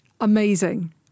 Amazing